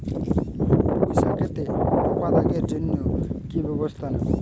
পুই শাকেতে টপা দাগের জন্য কি ব্যবস্থা নেব?